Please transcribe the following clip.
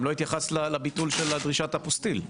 גם לא התייחסת לביטול של דרישת אפוסטיל.